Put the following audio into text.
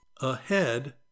ahead